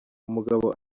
umugabo